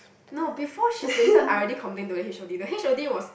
no before she fainted I already complain to the H_O_D the H_O_D was